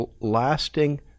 lasting